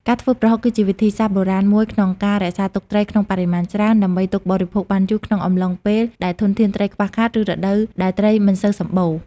ការធ្វើប្រហុកគឺជាវិធីសាស្រ្តបុរាណមួយក្នុងការរក្សាទុកត្រីក្នុងបរិមាណច្រើន ដើម្បីទុកបរិភោគបានយូរក្នុងអំឡុងពេលដែលធនធានត្រីខ្វះខាត ឬរដូវដែលត្រីមិនសូវសម្បូរ។